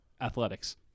athletics